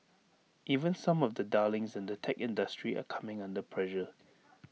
even some of the darlings in the tech industry are coming under pressure